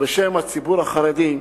ובשם הציבור החרדי,